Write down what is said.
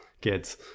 kids